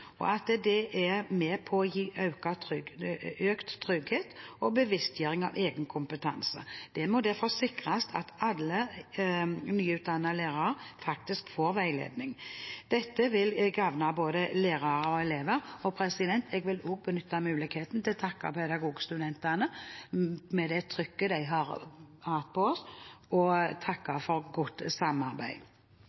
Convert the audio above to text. og at den er med på å gi økt trygghet og bevisstgjøring av egen kompetanse. Det må derfor sikres at alle nyutdannede lærere faktisk får veiledning. Det vil gagne både lærere og elever. Jeg vil også benytte muligheten til å takke Pedagogstudentene for det trykket de har hatt på oss, og takke